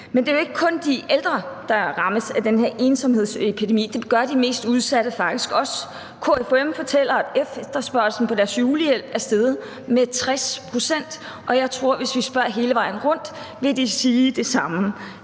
Men det er ikke kun de ældre, der rammes af den her ensomhedsepidemi; det gør de mest udsatte faktisk også. KFUM fortæller, at efterspørgslen på deres julehjælp er steget med 60 pct., og jeg tror, at hvis vi spørger hele vejen rundt, vil de sige det samme.